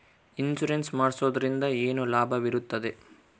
Insurance ಮಾಡೋದ್ರಿಂದ ಏನು ಲಾಭವಿರುತ್ತದೆ?